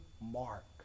Mark